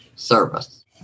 Service